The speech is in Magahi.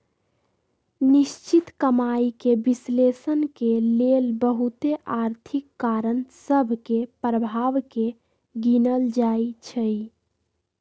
निश्चित कमाइके विश्लेषण के लेल बहुते आर्थिक कारण सभ के प्रभाव के गिनल जाइ छइ